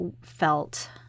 felt